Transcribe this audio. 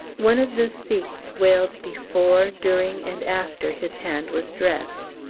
one of the sikhs wailed before, during, and after his hand was dressed.